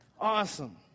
Awesome